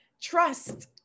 trust